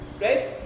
Right